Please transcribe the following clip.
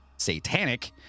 Satanic